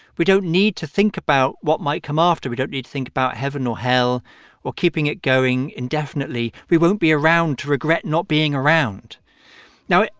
we don't need to think about what might come after. we don't need to think about heaven or hell or keeping it going indefinitely. we won't be around to regret not being around now,